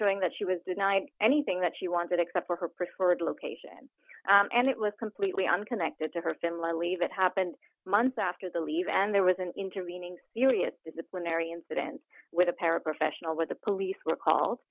showing that she was denied anything that she wanted except for her preferred location and it was completely unconnected to her family leave it happened months after the leave and there was an intervening disciplinary incident with a paraprofessional with the police were called